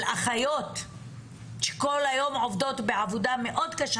על אחיות שכל היום עובדות בעבודה קשה מאוד,